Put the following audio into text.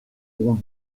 ont